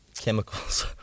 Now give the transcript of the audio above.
chemicals